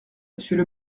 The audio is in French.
monsieur